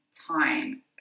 time